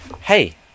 Hey